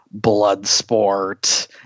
Bloodsport